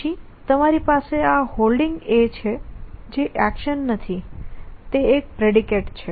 પછી તમારી પાસે આ Holding છે જે એક્શન નથી તે એક પ્રેડિકેટ છે